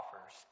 offers